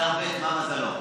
אדר ב', מה מזלו?